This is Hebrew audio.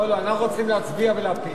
לא, אנחנו צריכים להצביע ולהפיל.